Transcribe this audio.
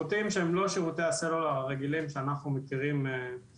זה שירותים שהם לא שירותי הסלולר רגילים שאנחנו מכירים של